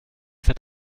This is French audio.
cet